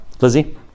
Lizzie